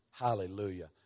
Hallelujah